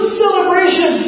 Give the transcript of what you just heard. celebration